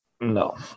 No